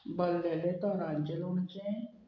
भरलेलें तोणाचें लोणचें